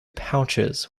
pouches